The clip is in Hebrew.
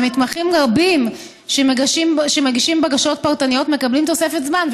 ומתמחים רבים שמגישים בקשות פרטניות מקבלים תוספת זמן.